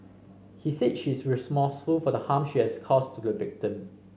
he said she is remorseful for the harm she has caused to the victim